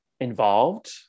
involved